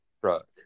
truck